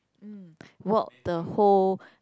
mm walk the whole